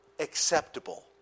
acceptable